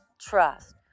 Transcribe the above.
Trust